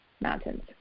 mountains